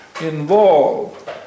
involved